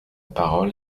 parole